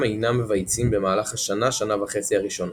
אינם מבייצים במהלך השנה - שנה וחצי הראשונות.